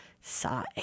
Sigh